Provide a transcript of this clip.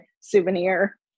souvenir